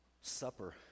Supper